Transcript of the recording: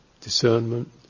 discernment